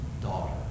daughter